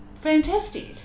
fantastic